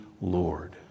Lord